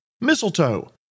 Mistletoe